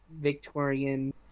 Victorian